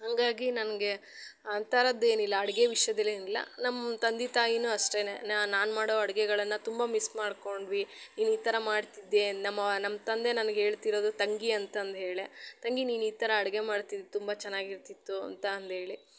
ಹಾಗಾಗಿ ನನಗೆ ಆ ಥರದ್ದು ಏನಿಲ್ಲ ಅಡುಗೆ ವಿಷಯದಲ್ಲಿ ಏನಿಲ್ಲ ನಮ್ಮ ತಂದೆ ತಾಯಿನೂ ಅಷ್ಟೇ ನಾನು ನಾನು ಮಾಡೋ ಅಡ್ಗೆಗಳನ್ನು ತುಂಬ ಮಿಸ್ ಮಾಡಿಕೊಂಡ್ವಿ ನೀನು ಈ ಥರ ಮಾಡ್ತಿದ್ದೆ ನಮ್ಮ ನಮ್ಮ ತಂದೆ ನನ್ಗೆ ಹೇಳ್ತಿರೋದು ತಂಗಿ ಅಂತ ಅಂದು ಹೇಳಿ ತಂಗಿ ನೀನು ಈ ಥರ ಅಡುಗೆ ಮಾಡ್ತಿದ್ದೆ ತುಂಬ ಚೆನ್ನಾಗಿರ್ತಿತ್ತು ಅಂತ ಅಂದು ಹೇಳಿ